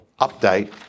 update